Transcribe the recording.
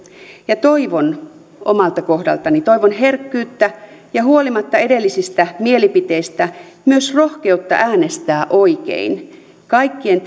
toivon omalta kohdaltani herkkyyttä ja huolimatta edellisistä mielipiteistä myös rohkeutta äänestää oikein kaikkien